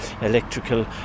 electrical